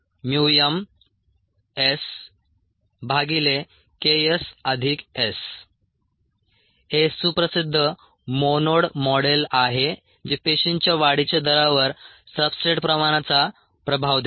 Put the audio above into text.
mSKSS हे सुप्रसिद्ध Monod model आहे जे पेशींच्या वाढीच्या दरावर सब्सट्रेट प्रमाणाचा प्रभाव देते